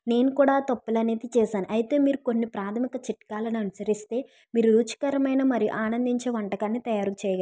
నేను కూడా తప్పులు అనేది చేశాను అయితే మీరు కొన్ని ప్రాథమిక చిట్కాలను అనుసరిస్తే మీరు రుచికరమైన మరియు ఆనందించే వంటకాన్ని తయారు చేయగ